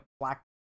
black